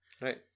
right